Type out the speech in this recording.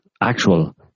actual